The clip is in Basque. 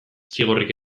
zigorrik